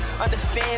understand